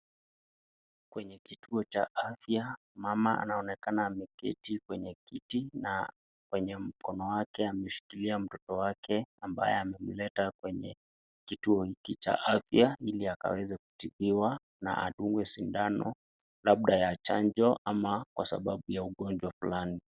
Kwenye kituo cha afya mama anaonekana ameketi kwenye kiti na kwenye mkono wake ameshikilia mtoto wake ambaye amemleta kwenye kituo hiki cha afya ili akaweze kutibiwa na adungwe sindano labda ya chanjo ama kwa sababu ya ugonjwa fulani.